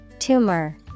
Tumor